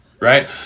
Right